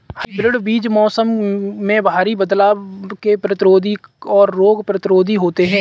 hybrid बीज मौसम में भारी बदलाव के प्रतिरोधी और रोग प्रतिरोधी होते हैं